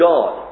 God